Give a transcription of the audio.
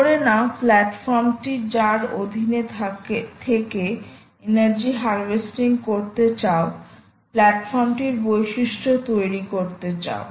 ধরে নাও প্ল্যাটফর্মটি যার অধীনে থেকে এনার্জি হারভেস্টিং করতে চাও প্ল্যাটফর্মটির বৈশিষ্ট্য তৈরি করতে চাও